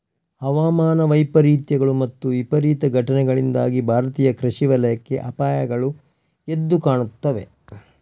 ಹವಾಮಾನ ವೈಪರೀತ್ಯಗಳು ಮತ್ತು ವಿಪರೀತ ಘಟನೆಗಳಿಂದಾಗಿ ಭಾರತೀಯ ಕೃಷಿ ವಲಯಕ್ಕೆ ಅಪಾಯಗಳು ಎದ್ದು ಕಾಣುತ್ತವೆ